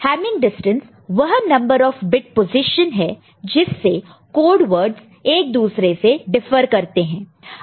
Hamming distance वह number of bit position है जिससे कोड वर्ड्ज़ एक दूसरे से डिफर करते हैं